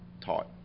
taught